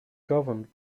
governed